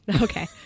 okay